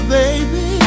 baby